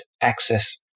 access